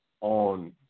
on